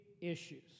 issues